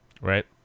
right